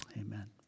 amen